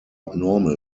normal